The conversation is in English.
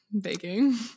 baking